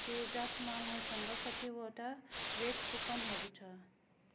पेज्यापमा मसँग कतिवटा वैध कुपनहरू छ